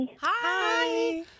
Hi